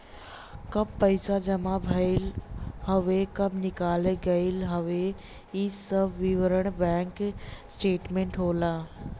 कब पैसा जमा भयल हउवे कब निकाल गयल हउवे इ सब विवरण बैंक स्टेटमेंट होला